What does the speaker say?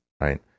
Right